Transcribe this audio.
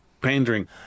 pandering